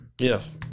yes